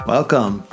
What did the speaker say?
Welcome